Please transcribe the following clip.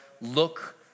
look